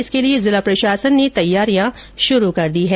इसके लिए जिला प्रशासन ने तैयारी शुरू कर दी है